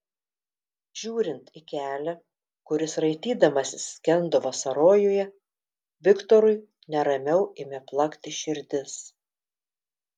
žiūrint į kelią kuris raitydamasis skendo vasarojuje viktorui neramiau ėmė plakti širdis